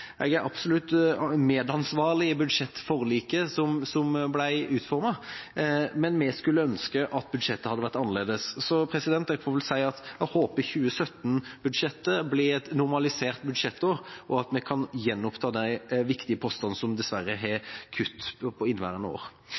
Jeg er absolutt medansvarlig for budsjettforliket som ble utformet, men vi skulle ønske at budsjettet hadde vært annerledes. Så jeg får vel si at jeg håper 2017-budsjettet blir et normalisert budsjettår, og at vi kan gjenoppta de viktige postene som dessverre har kutt i inneværende år.